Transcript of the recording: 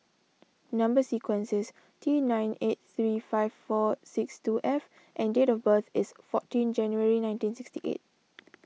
Number Sequence is T nine eight three five four six two F and date of birth is fourteen January nineteen sixty eight